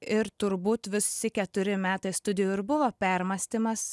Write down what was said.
ir turbūt visi keturi metai studijų ir buvo permąstymas